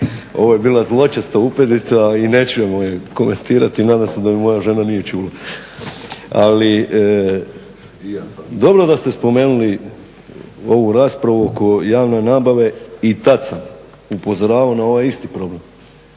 Ovo je bila zločesta upadica i nećemo je komentirati, nadam se da je moja žena nije čula. Ali dobro da ste spomenuli ovu raspravu oko javne nabave. I tad sam upozoravao na ovaj isti problem.